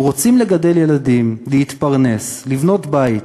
הם רוצים לגדל ילדים, להתפרנס, לבנות בית.